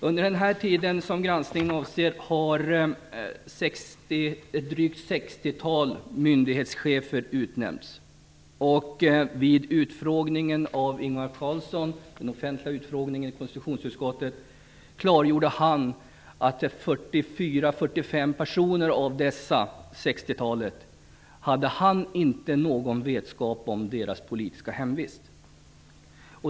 Under den tid som granskningen avser har ett drygt sextiotal myndighetschefer utnämnts, och vid den offentliga utfrågningen av Ingvar Carlsson i konstitutionsutskottet klargjorde han att han i fråga om 44 eller 45 av dessa personer inte hade någon vetskap om deras politiska hemvist.